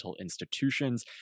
institutions